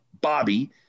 Bobby